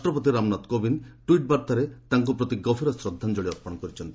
ରାଷ୍ଟ୍ରପତି ରାମନାଥ କୋବିନ୍ଦ୍ ଟ୍ୱିଟ୍ ବାର୍ତ୍ତାରେ ତାଙ୍କ ପ୍ରତି ଗଭୀର ଶ୍ରଦ୍ଧାଞ୍ଜଳି ଅର୍ପଣ କରିଛନ୍ତି